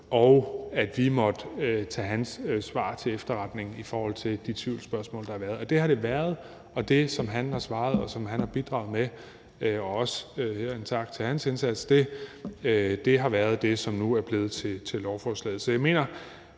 og vi måtte så tage hans svar til efterretning i forhold til de tvivlsspørgsmål, der var. Sådan har det været. Og det, han har svaret, og som han har bidraget med – og også her en tak for hans indsats – er det, som nu er blevet til lovforslaget. Så jeg mener